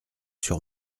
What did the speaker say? sur